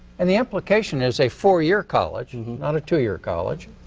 and the implication is a four year college and not a two year college.